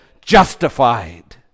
justified